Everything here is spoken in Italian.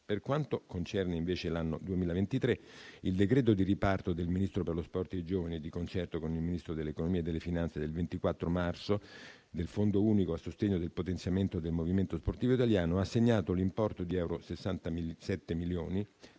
Per quanto concerne, invece, l'anno 2023, il decreto di riparto del Ministro per lo sport e i giovani, di concerto con il Ministro dell'economia e delle finanze, del 24 marzo del Fondo unico a sostegno del potenziamento del movimento sportivo italiano ha assegnato l'importo di euro 67 milioni